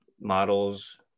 Models